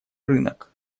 рынок